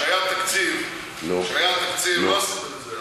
כשהיה תקציב לא עשיתם את זה,